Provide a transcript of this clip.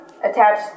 Attach